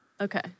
Okay